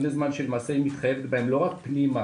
תקני זמן שלמעשה היא מתחייבת בהם לא רק פנימה